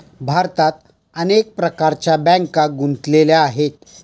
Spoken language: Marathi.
भारतात अनेक प्रकारच्या बँका गुंतलेल्या आहेत